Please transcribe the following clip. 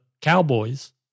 cowboys